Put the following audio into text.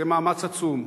זה מאמץ עצום.